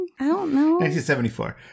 1974